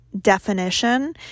definition